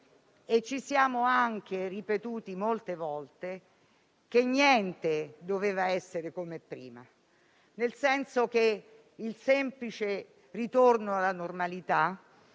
ci siamo anche ripetuti molte volte che niente doveva essere come prima, nel senso che la normalità